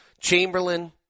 Chamberlain